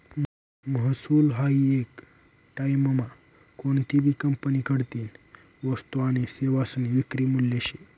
महसूल हायी येक टाईममा कोनतीभी कंपनीकडतीन वस्तू आनी सेवासनी विक्री मूल्य शे